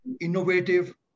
innovative